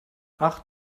ach